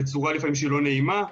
לפעמים בצורה לא נעימה.